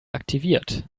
aktiviert